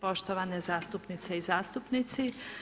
Poštovane zastupnice i zastupnici.